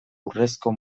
urrezko